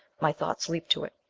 my thoughts leaped to it.